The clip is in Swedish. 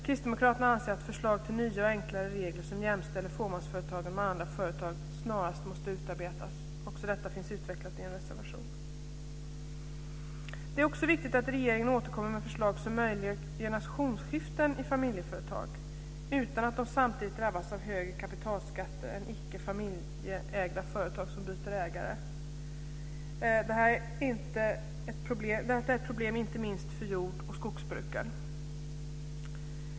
Kristdemokraterna anser att förslag till nya och enklare regler som jämställer fåmansföretagen med andra företag snarast måste utarbetas. Också detta finns utvecklat i en reservation. Det är också viktigt att regeringen återkommer med förslag som möjliggör generationsskiften i familjeföretag utan att de samtidigt drabbas av högre kapitalskatter än icke familjeägda företag som byter ägare. Detta är ett problem inte minst för jord och skogsbruken.